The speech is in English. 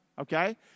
okay